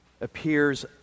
appears